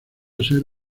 ser